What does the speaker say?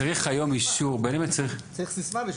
יש